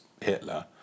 Hitler